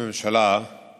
ועל